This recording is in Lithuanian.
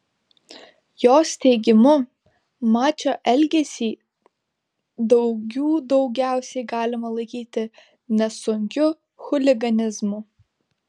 jos teigimu mačio elgesį daugių daugiausiai galima laikyti nesunkiu chuliganizmu